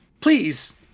please